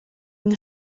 yng